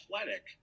athletic